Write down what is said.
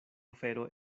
afero